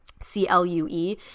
C-L-U-E